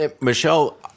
Michelle